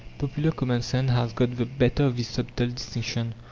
popular common sense has got the better of this subtle distinction.